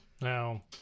Now